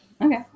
Okay